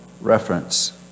reference